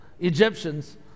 Egyptians